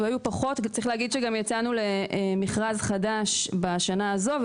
יצאנו למכרז חדש בשנה הזו,